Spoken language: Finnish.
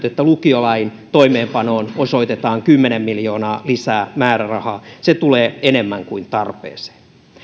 että lukiolain toimeenpanoon osoitetaan kymmenen miljoonaa lisää määrärahaa se tulee enemmän kuin tarpeeseen